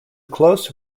close